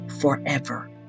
forever